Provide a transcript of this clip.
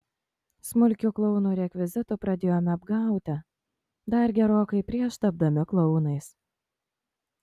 smulkiu klounų rekvizitu pradėjome apgauti dar gerokai prieš tapdami klounais